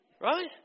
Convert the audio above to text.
Right